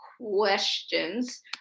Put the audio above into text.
questions